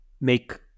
make